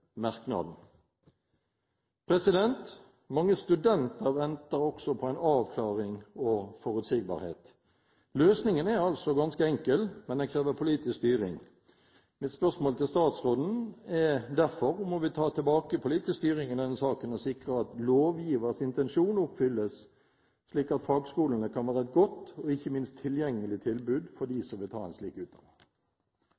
merknaden.» Mange studenter venter også på en avklaring og forutsigbarhet. Løsningen er altså ganske enkel, men den krever politisk styring. Mitt spørsmål til statsråden er derfor om hun vil ta tilbake politisk styring i denne saken og sikre at lovgivers intensjon oppfylles, slik at fagskolene kan være et godt og ikke minst tilgjengelig tilbud for